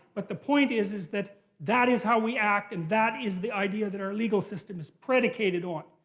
but the point is is that that is how we act and that is the ideal that our legal system is predicated on.